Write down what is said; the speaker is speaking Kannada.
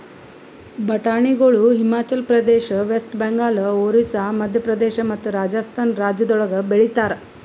ಬಟಾಣಿಗೊಳ್ ಹಿಮಾಚಲ ಪ್ರದೇಶ, ವೆಸ್ಟ್ ಬೆಂಗಾಲ್, ಒರಿಸ್ಸಾ, ಮದ್ಯ ಪ್ರದೇಶ ಮತ್ತ ರಾಜಸ್ಥಾನ್ ರಾಜ್ಯಗೊಳ್ದಾಗ್ ಬೆಳಿತಾರ್